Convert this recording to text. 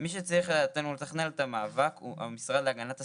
מי שצריך לדעתנו לתכנן את המאבק הוא המשרד להגנת הסביבה,